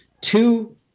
two